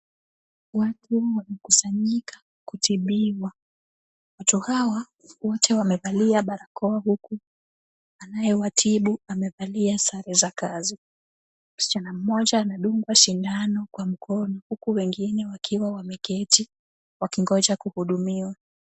Watu wamekusanyika kutibiwa. Watu hawa wote wamevalia barakoa, huku anayewatibu amevalia sare za kazi. Msichana mmoja anadungwa sindano kwa mkono, huku wengine wakiwa wameketi wakingoja kuhudumiwa.